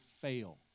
fail